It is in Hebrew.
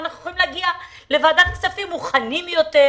אנחנו יכול להגיע לוועדת הכספים מוכנים יותר,